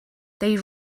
they